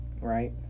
Right